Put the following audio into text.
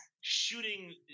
shooting